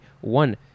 One